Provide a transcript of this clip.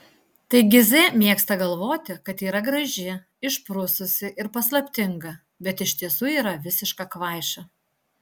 taigi z mėgsta galvoti kad yra graži išprususi ir paslaptinga bet iš tiesų yra visiška kvaiša